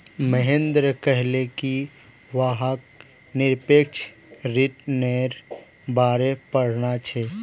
महेंद्र कहले कि वहाक् निरपेक्ष रिटर्न्नेर बारे पढ़ना छ